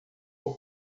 por